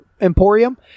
emporium